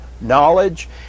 knowledge